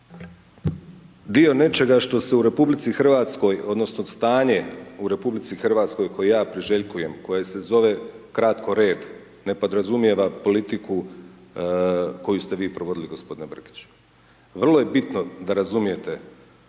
Dio nečega što se u RH odnosno stanje u RH koje ja priželjkujem, koje se zove kratko red, ne podrazumijeva politiku koju ste vi provodili g. Brkić. Vrlo je bitno da razumijete, vrlo